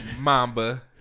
Mamba